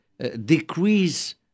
Decrease